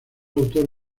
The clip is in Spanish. autor